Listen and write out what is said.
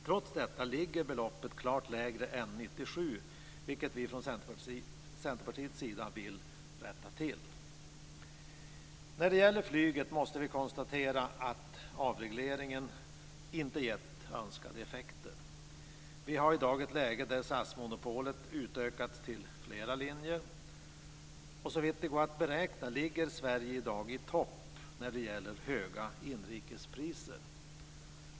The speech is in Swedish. Trots detta ligger beloppet klart lägre än 1997, vilket vi från Centerpartiets sida vill rätta till. När det gäller flyget måste vi konstatera att avregleringen inte gett önskade effekter. Vi har i dag ett läge där SAS-monopolet utökats till flera linjer. Såvitt det går att beräkna ligger Sverige i dag i topp när det gäller höga inrikespriser.